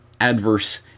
adverse